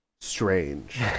strange